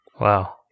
Wow